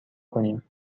کنیم